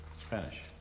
Spanish